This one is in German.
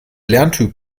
lerntyp